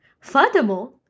Furthermore